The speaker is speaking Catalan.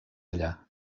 allà